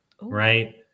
right